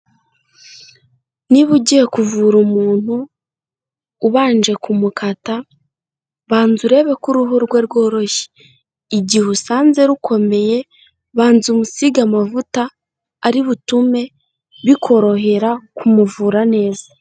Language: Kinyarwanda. Niba ugiye kuvura umuntu ubanje kumukata banza urebe ko uruhu rwe rworoshye, igihe usanze rukomeye banza umusige amavuta ari butume bikorohera kumuvura neza.